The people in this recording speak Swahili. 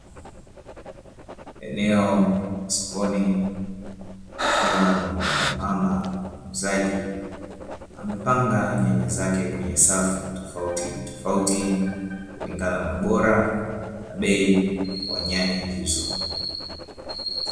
Eneo la sokoni likiwa na mwanamama muuzaji. Amepanga nyanya zake kwenye safu tofauti tofauti kulingana na ubora na bei wa nyanya hizo.